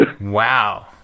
Wow